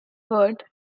vert